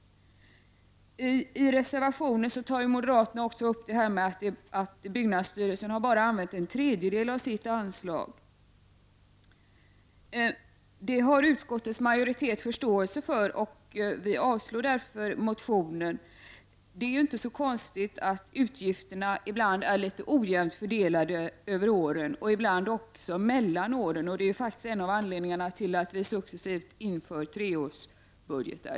I reservation 1 tar moderaterna också upp det faktum att byggnadsstyrelsen endast har använt en tredjedel av sitt anslag. Utskottets majoritet har förståelse för detta, och vi avstyrker därför motionen. Det är ju inte så konstigt att utgifterna ibland är litet ojämnt fördelade över året och ibland även mellan åren. Detta är faktiskt en av anledningarna till att vi successivt inför treårsbudgetar.